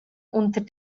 unter